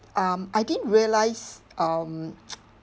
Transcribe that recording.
um I didn't realise um